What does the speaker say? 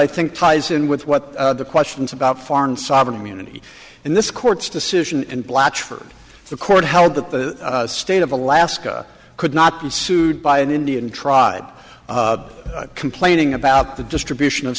i think ties in with what the questions about foreign sovereign immunity in this court's decision and blatchford the court held that the state of alaska could not been sued by an indian tribe complaining about the distribution of